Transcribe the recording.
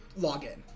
login